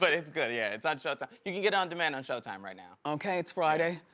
but it's good, yeah. it's on showtime. you can get it on demand on showtime right now. okay it's friday.